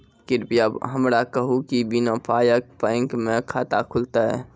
कृपया हमरा कहू कि बिना पायक बैंक मे खाता खुलतै?